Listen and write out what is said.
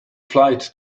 flight